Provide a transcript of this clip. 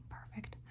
perfect